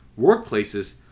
workplaces